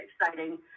exciting